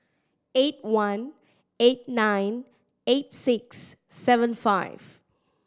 eight one eight nine eight six seven five